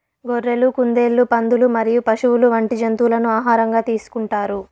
గొర్రెలు, కుందేళ్లు, పందులు మరియు పశువులు వంటి జంతువులను ఆహారంగా తీసుకుంటారు